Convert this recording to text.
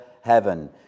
heaven